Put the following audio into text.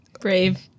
Brave